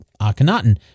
Akhenaten